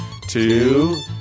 two